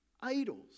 idols